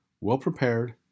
well-prepared